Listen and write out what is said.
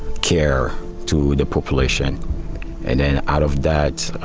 care to the population and then, out of that,